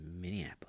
Minneapolis